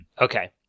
okay